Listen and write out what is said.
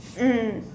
mm